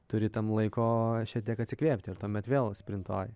turi tam laiko šiek tiek atsikvėpti ir tuomet vėl sprintuoji